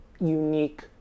unique